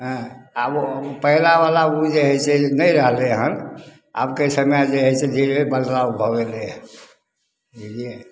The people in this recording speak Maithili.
हँ आब पहिला बला बुझै से नहि रहलै हन आबके समय जे हइ से धीरे बदलाउ कऽ गेलै हन बुझलियै